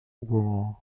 war